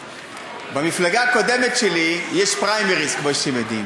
במפלגה הקודמת שלי יש פריימריז, כמו שאתם יודעים,